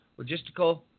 logistical